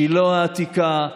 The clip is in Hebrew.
שילה העתיקה,